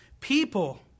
people